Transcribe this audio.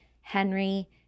Henry